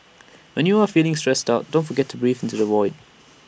when you are feeling stressed out don't forget to breathe into the void